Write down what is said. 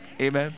Amen